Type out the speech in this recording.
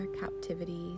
captivity